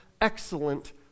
excellent